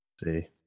See